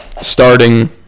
starting